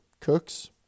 Cooks